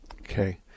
Okay